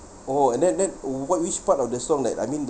orh and then and then uh what which part of the song that I mean